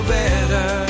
better